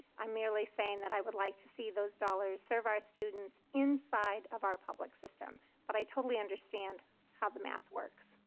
i'm merely saying that i would like to see those dollars serve our students inside of our public system but i totally understand how the math works.